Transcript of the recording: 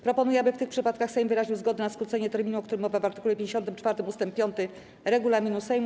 Proponuję, aby w tych przypadkach Sejm wyraził zgodę na skrócenie terminu, o którym mowa w art. 54 ust. 5 regulaminu Sejmu.